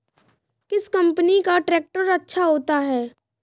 किस कंपनी का ट्रैक्टर अच्छा होता है?